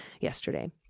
yesterday